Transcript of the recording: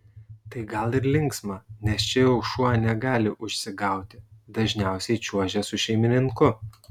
tai gal ir linksma nes čia jau šuo negali užsigauti dažniausiai čiuožia su šeimininku